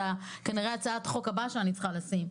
זו כנראה הצעת החוק הבאה שאני צריכה להניח,